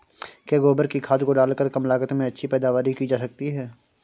क्या गोबर की खाद को डालकर कम लागत में अच्छी पैदावारी की जा सकती है?